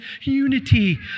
Unity